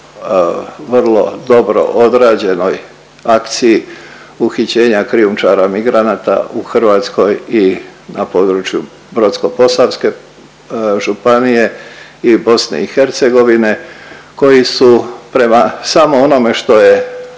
vrlo dobro odrađenoj akciji uhićenja krijumčara migranata u Hrvatskoj i na području Brodsko-posavske županije i BiH koji su prema samo onome što je